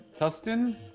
Tustin